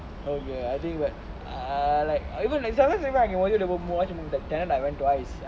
oh okay I think but err like even like sometimes I can watch the whole movie like tenet I went twice